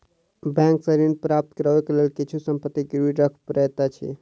bank सॅ ऋण प्राप्त करै के लेल किछु संपत्ति गिरवी राख पड़ैत अछि